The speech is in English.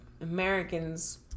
Americans